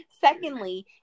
Secondly